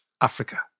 Africa